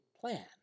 plan